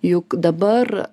juk dabar